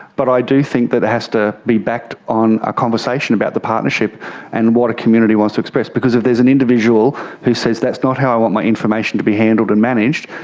but i do think that it has to be backed on a conversation about the partnership and what a community wants to express, because if there's an individual who says that's not how i want my information to be handled and managed,